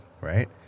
right